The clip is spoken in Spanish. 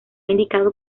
indicado